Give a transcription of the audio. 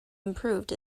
improved